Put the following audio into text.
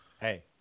Hey